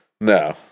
No